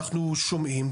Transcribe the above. אנחנו שומעים,